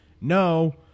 no